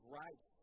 rights